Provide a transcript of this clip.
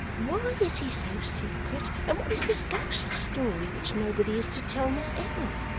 why is he so secret, and what is this ghost story, which nobody is to tell miss emma,